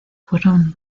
fueron